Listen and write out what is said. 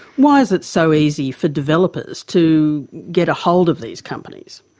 why is it so easy for developers to get a hold of these companies?